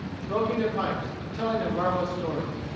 smoking their pipes, and telling their marvellous stories.